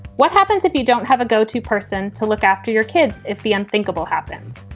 what happens if you don't have a go to person to look after your kids? if the unthinkable happens,